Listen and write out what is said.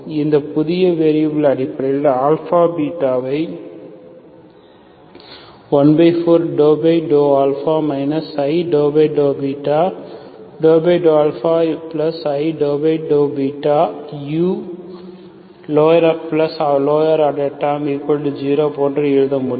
இந்த புதிய வேரியபில் அடிப்படையில் ஐ14∂α i∂β∂αi∂βulower order terms0 போன்று எழுத முடியும்